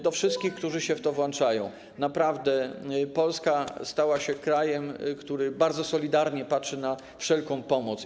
do wszystkich, którzy się w to włączają: Naprawdę Polska stała się krajem, który bardzo solidarnie patrzy na wszelką pomoc.